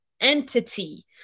entity